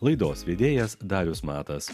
laidos vedėjas darius matas